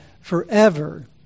forever